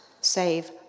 save